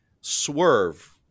swerve